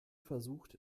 versucht